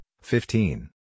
fifteen